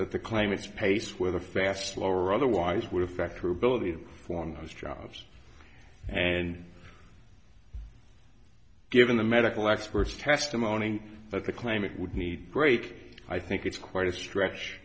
that the claim its pace with a fast slow or otherwise would affect her ability to form those jobs and given the medical experts testimony that the claimant would need great i think it's quite a stretch